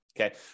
Okay